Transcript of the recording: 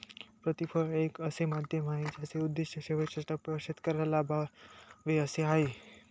प्रतिफळ हे एक असे माध्यम आहे ज्याचे उद्दिष्ट शेवटच्या टप्प्यावर शेतकऱ्याला लाभावे असे आहे